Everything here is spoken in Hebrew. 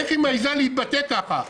איך היא מעזה להתבטא ככה,